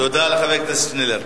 תודה לחבר הכנסת שנלר.